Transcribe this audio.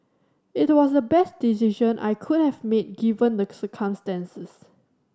it was the best decision I could have made given the circumstances